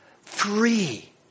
free